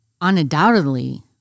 undoubtedly